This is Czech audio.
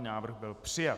Návrh byl přijat.